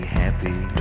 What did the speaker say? happy